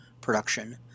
production